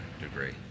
degree